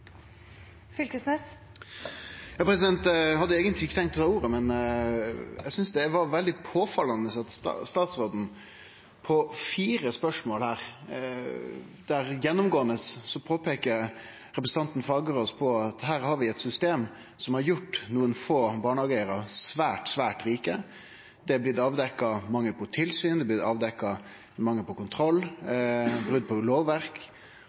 hadde eigentleg ikkje tenkt å ta ordet, men eg syntest det var veldig påfallande at etter fire spørsmål, der representanten Fagerås gjennomgåande påpeiker at her har vi eit system som har gjort nokre få barnehageeigarar svært, svært rike, at det har blitt avdekt mangel på tilsyn og kontroll og brot på lovverk, så klarer statsråden å kome på